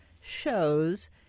shows